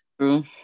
true